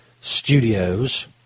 studios